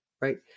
right